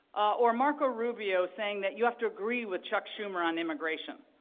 or marco rubio saying that you have to agree with chuck schumer on immigration.